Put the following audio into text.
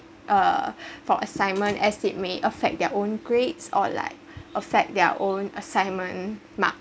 uh for assignment as it may affect their own grades or like affect their own assignment mark